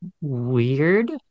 weird